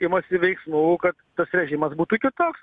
imasi veiksmų kad tas režimas būtų kitoks